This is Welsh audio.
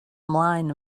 ymlaen